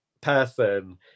person